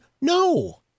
No